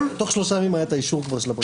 תוך שלושה ימים היה כבר את האישור של הפרקליטות.